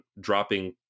dropping